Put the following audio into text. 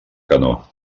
canó